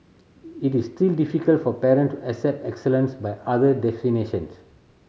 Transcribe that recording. it is still difficult for parent to accept excellence by other definitions